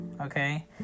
Okay